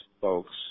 folks